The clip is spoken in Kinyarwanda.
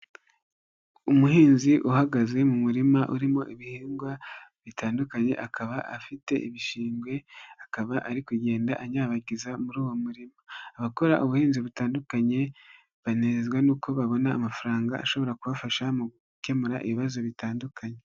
Umuhinzi uhagaze mu murima urimo ibihingwa bitandukanye akaba afite ibishingwe akaba ari kugenda anyabagiza muri uwo murimo, abakora ubuhinzi butandukanye banezezwa n'uko babona amafaranga ashobora kubafasha mu gukemura ibibazo bitandukanye.